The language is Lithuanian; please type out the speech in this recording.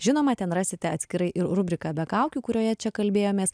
žinoma ten rasite atskirai ir rubriką be kaukių kurioje čia kalbėjomės